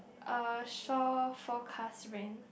uh shore forecast rain